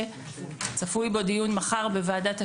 בוועדת הקליטה צפוי להיות דיון במהלך הזה מחר.